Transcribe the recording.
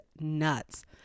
nuts